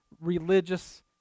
religious